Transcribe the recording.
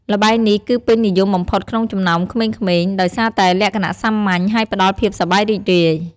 ល្បែងនេះ គឺពេញនិយមបំផុតក្នុងចំណោមក្មេងៗ ដោយសារតែលក្ខណៈសាមញ្ញ ហើយផ្ដល់ភាពសប្បាយរីករាយ។